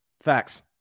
Facts